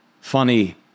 funny